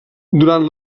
durant